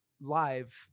live